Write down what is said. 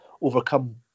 Overcome